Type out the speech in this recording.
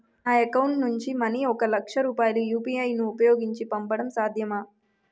నా అకౌంట్ నుంచి మనీ ఒక లక్ష రూపాయలు యు.పి.ఐ ను ఉపయోగించి పంపడం సాధ్యమా?